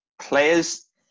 players